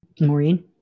Maureen